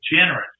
generous